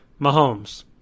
Mahomes